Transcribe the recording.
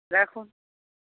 রাখুন